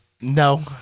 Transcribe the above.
No